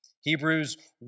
Hebrews